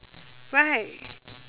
right